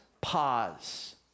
pause